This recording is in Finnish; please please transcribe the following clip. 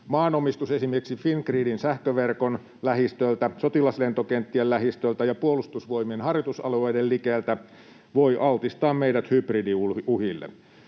Maanomistus esimerkiksi Fingridin sähköverkon lähistöltä, sotilaslentokenttien lähistöltä ja puolustusvoimien harjoitusalueiden likeltä voi altistaa meidät hybridiuhille.